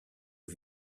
aux